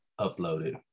uploaded